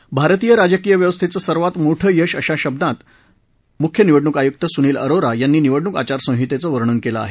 भारतीय राजकीय व्यवस्थेचं सर्वात मोठं यश अशा शब्दांत मुख्य निवडणूक आयुक्त सुनील अरोरा यांनी निवडणूक आचारसंहितेचं वर्णन केलं आहे